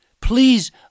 Please